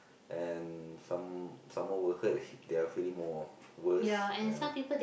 and some someone will hurt he their feeling more worse ya